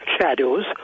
shadows